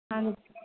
ਹਾਂਜੀ